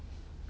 mm